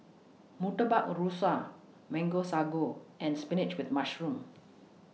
Murtabak Rusa Mango Sago and Spinach with Mushroom